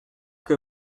que